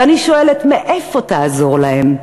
ואני שואלת: מאיפה תעזור להם?